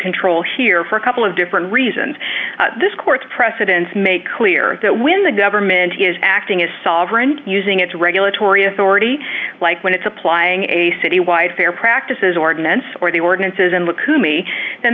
control here for a couple of different reasons this court's precedents make clear that when the government is acting as sovereign using its regulatory authority like when it's applying a citywide fair practices ordinance or the ordinances and look to me and